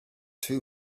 too